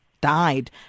died